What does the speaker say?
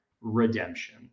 redemption